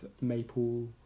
Maple